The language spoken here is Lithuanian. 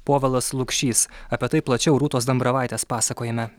povilas lukšys apie tai plačiau rūtos dambravaitės pasakojime